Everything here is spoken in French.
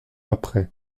après